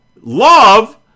love